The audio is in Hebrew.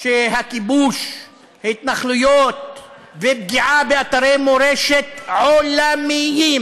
שהכיבוש, ההתנחלויות והפגיעה באתרי מורשת עולמיים,